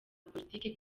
politiki